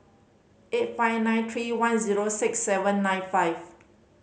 eight five nine three one zero six seven nine five